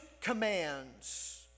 commands